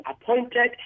appointed